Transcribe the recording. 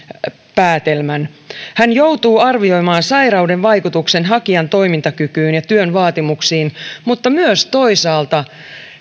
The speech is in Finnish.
päätelmän hän joutuu arvioimaan sairauden vaikutuksen hakijan toimintakykyyn ja työn vaatimuksiin mutta myös toisaalta